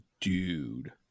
dude